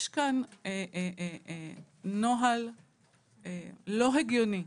יש כאן נוהל לא הגיוני,